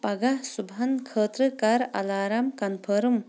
پگاہ صُبحَن خٲطرٕ کَر الارَم کَنفٲرٕم